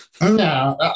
no